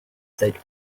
that